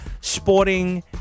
Sporting